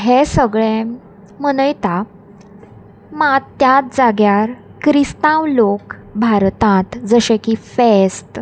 हें सगळें मनयता मात त्याच जाग्यार क्रिस्तांव लोक भारतांत जशे की फेस्त